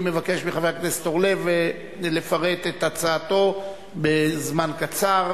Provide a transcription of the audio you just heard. אני מבקש מחבר הכנסת זבולון אורלב לפרט את הצעתו בזמן קצר,